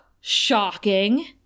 shocking